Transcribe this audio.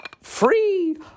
free